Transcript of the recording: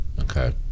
okay